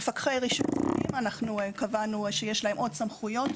מפקחי רישוי עסקים והסמכתם על-ידי ראש הרשות.)